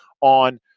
on